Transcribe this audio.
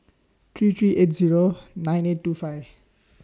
three three eight Zero nine eight two five